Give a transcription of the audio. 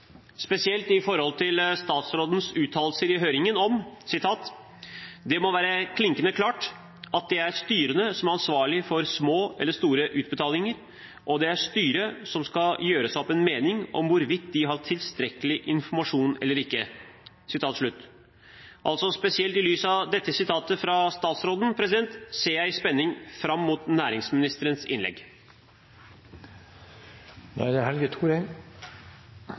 spesielt i forhold til statsrådens uttalelser i høringen: «Men det må være klinkende klart at det er styrene som er ansvarlig for små eller store utbetalinger, og det er styret som skal gjøre seg opp en mening om hvorvidt de har tilstrekkelig informasjon eller ikke.» Spesielt i lys av dette sitatet fra statsråden, ser jeg i spenning fram mot næringsministerens innlegg.